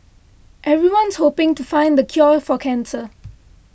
everyone's hoping to find the cure for cancer